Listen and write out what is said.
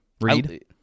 Read